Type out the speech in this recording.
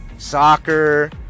soccer